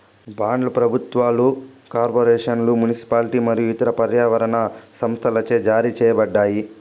బాండ్లు ప్రభుత్వాలు, కార్పొరేషన్లు, మునిసిపాలిటీలు మరియు ఇతర పర్యావరణ సంస్థలచే జారీ చేయబడతాయి